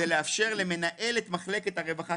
זה לאפשר למנהלת מחלקת הרווחה,